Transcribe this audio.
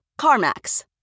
CarMax